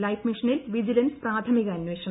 ലൈഫ്മിഷനിൽ vigilance പ്രാഥമിക അന്വേഷണം